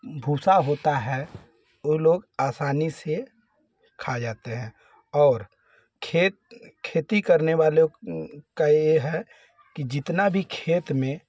भूसा होता है वह लोग आसानी से खा जाते हैं और खेत खेती करने वाले का यह है कि जितना भी खेत में